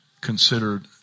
considered